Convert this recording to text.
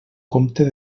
compte